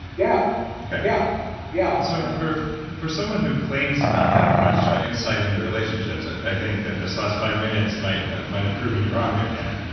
yeah okay. yeah yeah so for for someone who claims to not have much insight into relationships, i think that this last five minutes might have proven you wrong there, dan